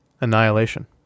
annihilation